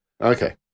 Okay